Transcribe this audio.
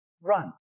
run